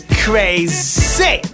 crazy